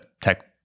tech